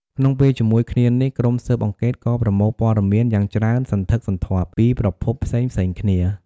ក្នុងពេលជាមួយគ្នានេះ ក្រុមស៊ើបអង្កេតក៏ ប្រមូលព័ត៌មាន យ៉ាងច្រើនសន្ធឹកសន្ធាប់ពីប្រភពផ្សេងៗគ្នា។